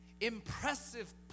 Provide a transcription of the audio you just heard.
impressive